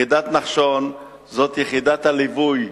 יחידת נחשון זו יחידת הליווי